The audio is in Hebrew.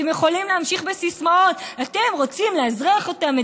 אתם יכולים להמשיך בסיסמאות: אתם רוצים לאזרח אותם,